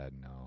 no